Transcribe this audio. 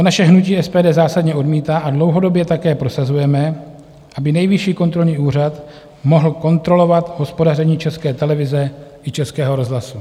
To naše hnutí SPD zásadně odmítá a dlouhodobě také prosazujeme, aby Nejvyšší kontrolní úřad mohl kontrolovat hospodaření České televize i Českého rozhlasu.